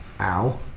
Ow